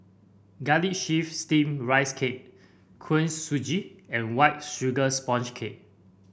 Garlic Chives Steamed Rice Cake Kuih Suji and White Sugar Sponge Cake